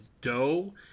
dough